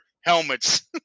helmets